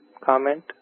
comment